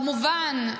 כמובן,